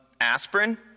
aspirin